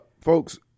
Folks